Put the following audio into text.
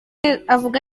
avuga